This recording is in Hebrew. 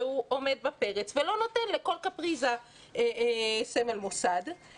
שהוא עומד בפרץ ולא נותן לכל קפריזה סמל מוסד.